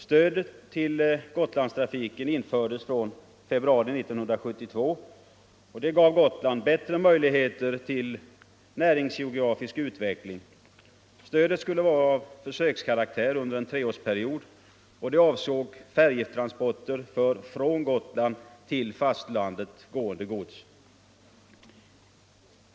Stödet till Gotlandstrafiken infördes från den I februari 1972 och det gav Gotland bättre möjligheter till näringsgeografisk utveckling. Stödet skulle vara av försökskaraktär under en treårsperiod. Det avsåg färjetransporter för från Gotland till fastlandet gående gods.